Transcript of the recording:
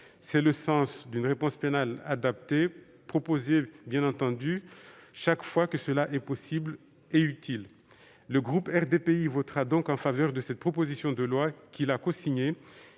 C'est le sens d'une réponse pénale adaptée, proposée chaque fois qu'elle est possible et utile. Le groupe RDPI votera donc en faveur de cette proposition de loi, qu'il a cosignée